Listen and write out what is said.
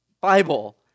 Bible